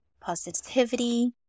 positivity